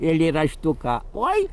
eilėraštuką oi